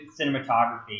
cinematography